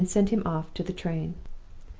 and sent him off to the train.